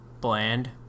bland